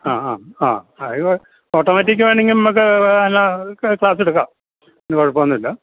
ആ ആ ആ അത് ഓട്ടോമാറ്റിക്ക് വേണമെങ്കിൽ നമുക്ക് അല്ല ക്ലാസ്സെടുക്കാം അതിന് കുഴപ്പമൊന്നും ഇല്ല